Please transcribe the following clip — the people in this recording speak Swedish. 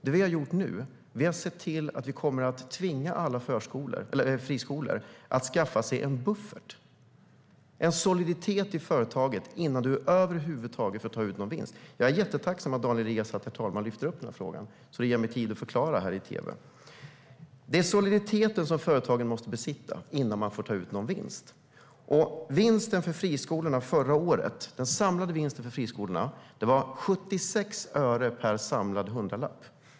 Det som vi har gjort nu är att se till att vi kommer att tvinga alla friskolor att skaffa sig en buffert och en soliditet i företaget innan de över huvud taget får ta ut någon vinst. Jag är mycket tacksam över att Daniel Riazat lyfter fram denna fråga, så att jag får möjlighet att förklara i tv. Det handlar om att företagen måste besitta en soliditet innan de får ta ut någon vinst. Den samlade vinsten för friskolorna förra året var 76 öre per samlad hundralapp.